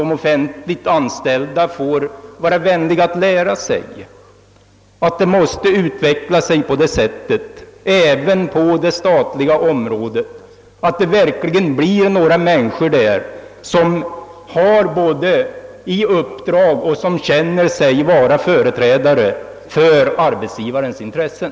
De offentligt anställda får vara vänliga att lära sig att situationen även på det statliga området måste utveckla sig på det sättet att det verkligen finns några människor som både har i uppdrag att vara och känner sig vara företrädare för arbetsgivarens intressen.